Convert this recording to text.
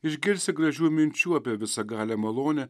išgirsi gražių minčių apie visagalę malonę